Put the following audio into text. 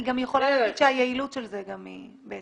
אני גם יכולה להגיד שהיעילות של זה היא בהתאם.